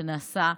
שנעשה,